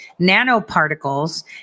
nanoparticles